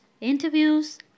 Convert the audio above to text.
interviews